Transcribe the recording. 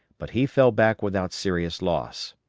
but he fell back without serious loss.